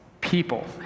people